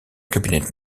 cabinet